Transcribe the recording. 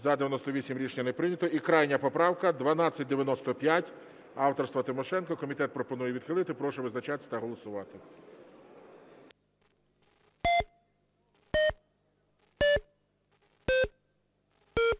За-98 Рішення не прийнято. І крайня поправка 1295 авторства Тимошенко. Комітет пропонує відхилити. Прошу визначатися та голосувати.